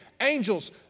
angels